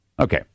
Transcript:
Okay